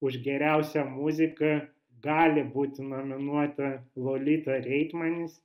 už geriausią muziką gali būti nominuota lolita reitmanis